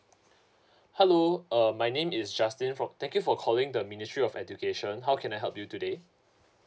hello uh my name is justin for thank you for calling the ministry of education how can I help you today